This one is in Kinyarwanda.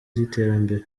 z’iterambere